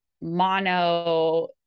mono